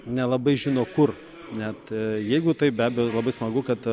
nelabai žino kur net jeigu tai be abejo labai smagu kad